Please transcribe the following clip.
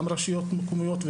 גם כרשויות מקומיות,